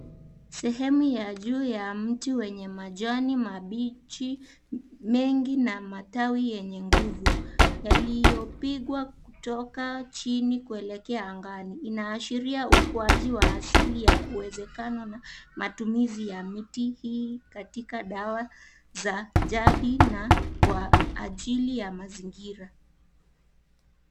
Sehemu ya juu ya mti wenye majani mabichi mengi na matawi yenye nguvu, yaliyopigwa kutoka chini kuelekea angani, inaashiria ukuaji wa asili ya uwezekano na matumizi ya miti hii katika dawa za jadi na kwa ajili ya mazingira.